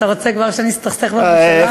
אתה רוצה כבר שנסתכסך בממשלה?